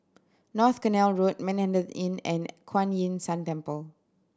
North Canal Road Manhattan Inn and Kuan Yin San Temple